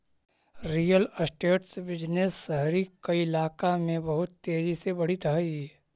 real estate business शहरी कइलाका में बहुत तेजी से बढ़ित हई